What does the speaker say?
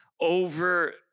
over